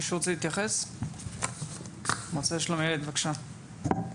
המועצה לשלום הילד, בקשה.